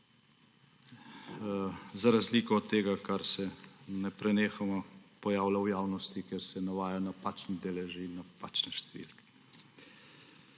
Za razliko od tega, kar se neprenehoma pojavlja v javnosti, kjer se navajajo napačni deleži in napačne številke.